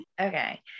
Okay